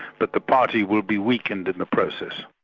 but the party will be weakened in the process.